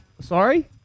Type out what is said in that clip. Sorry